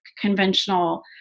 conventional